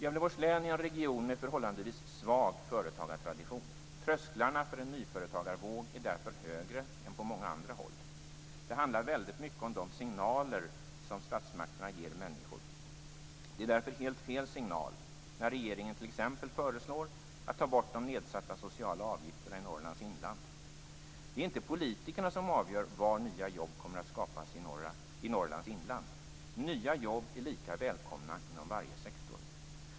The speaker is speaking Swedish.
Gävleborgs län är en region med en förhållandevis svag företagartradition. Trösklarna för en nyföretagarvåg är därför högre än på många andra håll. Det handlar väldigt mycket om de signaler som statsmakterna ger människor. Det är därför helt fel signal när regeringen föreslår att man skall ta bort de nedsatta sociala avgifterna i Norrlands inland. Det är inte politikerna som avgör var nya jobb kommer att skapas i Norrlands inland. Nya jobb är lika välkomna inom varje sektor.